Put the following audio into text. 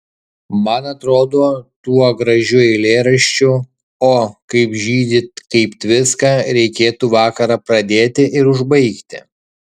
man atrodo tuo gražiu eilėraščiu o kaip žydi kaip tviska reikėtų vakarą pradėti ir užbaigti